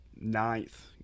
ninth